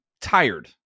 tired